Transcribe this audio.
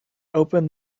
open